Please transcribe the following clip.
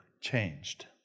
changed